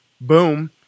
Boom